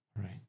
right